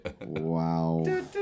Wow